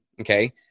Okay